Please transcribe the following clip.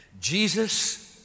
Jesus